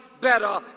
better